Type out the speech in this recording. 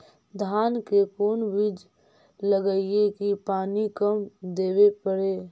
धान के कोन बिज लगईऐ कि पानी कम देवे पड़े?